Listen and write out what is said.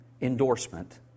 endorsement